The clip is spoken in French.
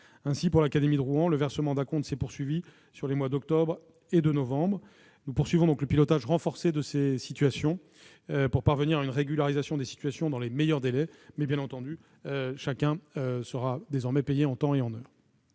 Ainsi, pour l'académie de Rouen, le versement d'acomptes s'est poursuivi sur les mois d'octobre et de novembre. Un pilotage renforcé permettra de parvenir à une régularisation de ces situations dans les meilleurs délais. Bien entendu, chacun sera désormais payé en temps et en heure.